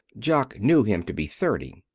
jock knew him to be thirty.